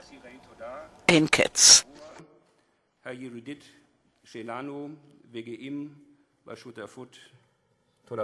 (בעברית:) אנחנו אסירי תודה על הידידות שלנו וגאים בשותפות שלנו.